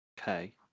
Okay